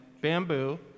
bamboo